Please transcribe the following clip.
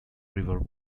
river